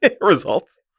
results